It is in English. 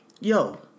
Yo